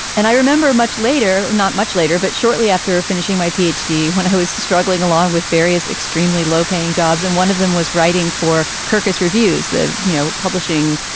and i remember much later, not much later, but shortly after finishing my p. h. d when i was struggling along with various extremely low paying jobs. and one of them was writing for kirkus reviews, the, you know, publishing,